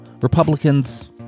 Republicans